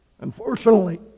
unfortunately